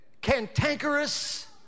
cantankerous